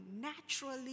naturally